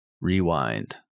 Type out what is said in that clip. Rewind